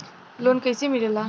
Loan कईसे मिलेला?